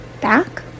back